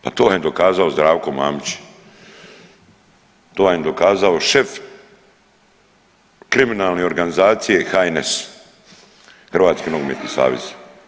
Pa to vam je dokazao Zdravko Mamić, to vam je dokazao šef kriminalne organizacije HNS Hrvatski nogometni savez.